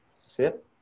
sit